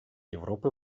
европы